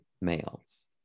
males